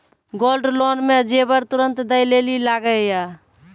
Gold loan मे जेबर तुरंत दै लेली लागेया?